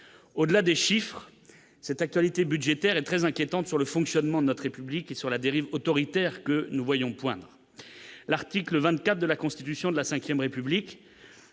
au-delà des chiffres, cette actualité budgétaire est très inquiétante sur le fonctionnement de notre République et sur la dérive autoritaire que nous voyons poindre l'article 24 de la Constitution de la Ve République,